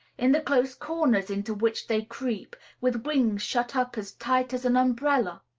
in the close corners into which they creep, with wings shut up as tight as an umbrella?